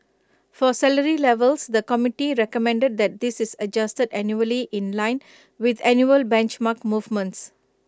for salary levels the committee recommended that this is adjusted annually in line with annual benchmark movements